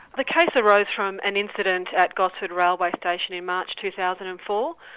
the case arose from an incident at gosford railway station in march, two thousand and four.